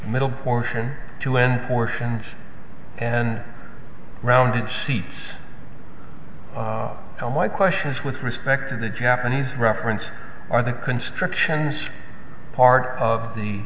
middle portion to end portions and rounded sheets how might question is with respect to the japanese reference or the constructions part of the